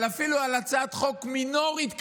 אבל אפילו על הצעת חוק מינורית כזאת,